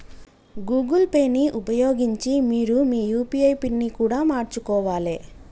Google Pay ని ఉపయోగించి మీరు మీ యూ.పీ.ఐ పిన్ని కూడా మార్చుకోవాలే